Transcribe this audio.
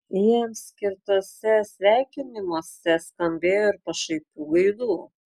jiems skirtuose sveikinimuose skambėjo ir pašaipių gaidų